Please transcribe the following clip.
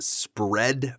spread